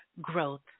growth